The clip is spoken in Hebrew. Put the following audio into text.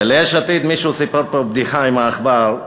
וליש עתיד: מישהו סיפר פה בדיחה על העכבר,